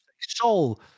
soul